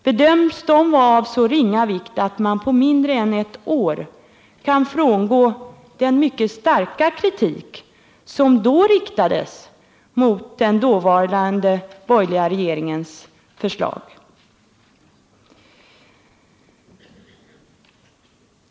Bedöms de vara av så ringa vikt att man på mindre än ett år kan frångå den mycket starka kritik som då riktades mot den dåvarande borgerliga regeringens förslag?